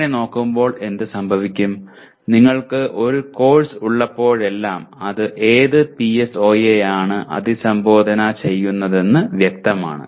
അങ്ങനെ നോക്കുമ്പോൾ എന്ത് സംഭവിക്കും നിങ്ങൾക്ക് ഒരു കോഴ്സ് ഉള്ളപ്പോഴെല്ലാം അത് ഏത് പിഎസ്ഒയെയാണ് അഭിസംബോധന ചെയ്യുന്നതെന്ന് വ്യക്തമാണ്